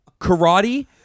Karate